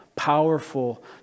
powerful